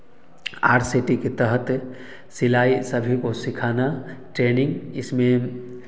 सी T के तहत सिलाई सभी को सिखाना ट्रेनिंग इसमें